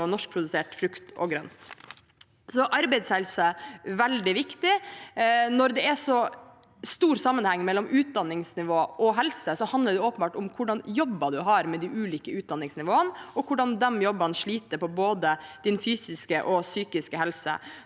norskprodusert frukt og grønt. Arbeidshelse er veldig viktig. Når det er så stor sammenheng mellom utdanningsnivå og helse, handler det åpenbart om hva slags jobber man har med de ulike utdanningsnivåene, og hvordan de jobbene sliter på både den fysiske og psykiske helsen.